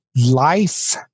Life